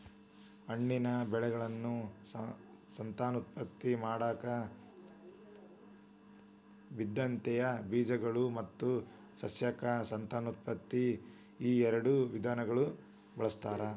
ಹಣ್ಣಿನ ಬೆಳೆಗಳನ್ನು ಸಂತಾನೋತ್ಪತ್ತಿ ಮಾಡಾಕ ಬಿತ್ತನೆಯ ಬೇಜಗಳು ಮತ್ತು ಸಸ್ಯಕ ಸಂತಾನೋತ್ಪತ್ತಿ ಈಎರಡು ವಿಧಗಳನ್ನ ಬಳಸ್ತಾರ